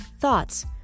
thoughts